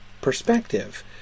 perspective